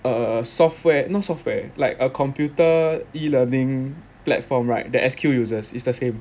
err software not software like a computer e-learning platform right that S_Q uses it's the same